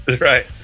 Right